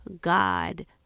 God